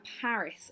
paris